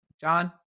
John